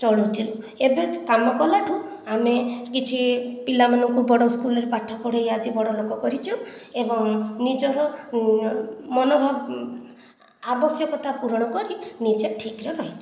ଚଳୁଛୁ ଏବେ କାମ କଲାଠାରୁ ଆମେ କିଛି ପିଲାମାନଙ୍କୁ ବଡ଼ ସ୍କୁଲରେ ପାଠ ପଢ଼େଇ ଆଜି ବଡ଼ ଲୋକ କରିଛୁ ଏବଂ ନିଜକୁ ମନ ଭାବକୁ ଆବଶ୍ୟକତା ପୁରଣ କରି ନିଜେ ଠିକରେ ରହିଛୁ